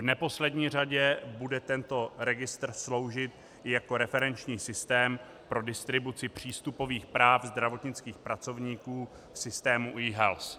V neposlední řadě bude tento registr sloužit jako referenční systém pro distribuci přístupových práv zdravotnických pracovníků v systému eHealth.